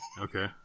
Okay